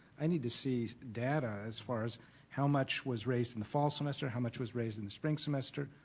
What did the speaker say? i need to see data as far as how much was raised in the fall semester, how much was raised in the spring the semester,